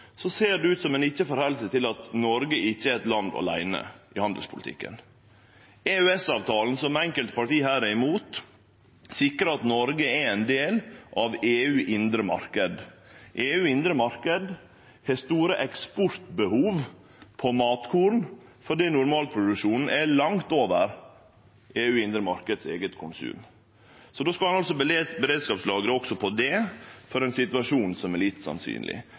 ser det ut som om ein ikkje tek omsyn til at Noreg ikkje er eit land aleine i handelspolitikken. EØS-avtalen, som enkelte parti her er imot, sikrar at Noreg er ein del av den indre marknaden i EU. Den indre marknaden i EU har store eksportbehov når det gjeld matkorn, for normalproduksjonen er langt over eige konsum i den indre marknaden i EU. Så ein skal altså beredskapslagre også det, for ein situasjon som er